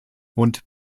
und